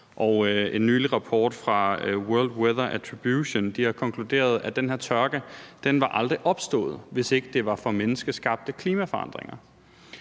en nylig rapport fra World Weather Attribution har konkluderet, at den tørke aldrig var opstået, hvis ikke det var for menneskeskabte klimaforandringer.